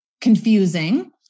confusing